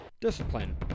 Discipline